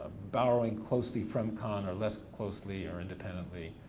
borrowing closely from kahn or less closely or independently,